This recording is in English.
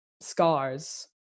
scars